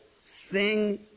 sing